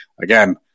again